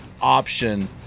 option